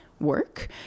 work